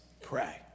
pray